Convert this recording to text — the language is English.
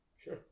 sure